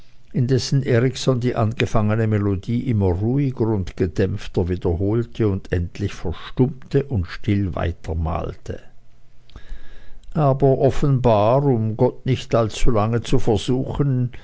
indessen erikson die angefangene melodie immer ruhiger und gedämpfter wiederholte und endlich verstummte und still weitermalte aber offenbar um gott nicht allzulange zu versuchen